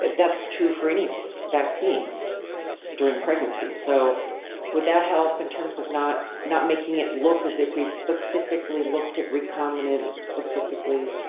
that's true for any vaccine during pregnancy. so would that help in terms of not not making it look as if we've specifically looked at recombinant specifically?